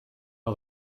how